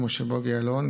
משה בוגי יעלון,